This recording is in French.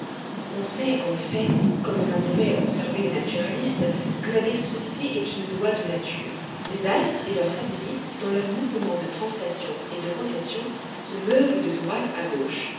on sait en effet comme l'ont fait observer les naturalistes que la dextrosité est une loi de nature les astres et leurs satellites dans leur mouvement de translation et de rotation se meuvent de droite à gauche